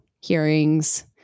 hearings